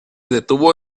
detuvo